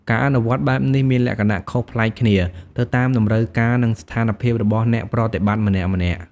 ការអនុវត្តន៍បែបនេះមានលក្ខណៈខុសប្លែកគ្នា ទៅតាមតម្រូវការនិងស្ថានភាពរបស់អ្នកប្រតិបត្តិម្នាក់ៗ។